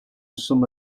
some